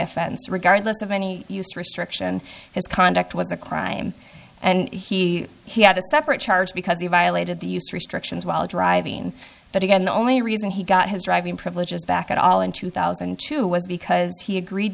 offense regardless of any restriction his conduct was a crime and he he had a separate charge because he violated the use restrictions while driving but again the only reason he got his driving privileges back at all in two thousand and two was because he agreed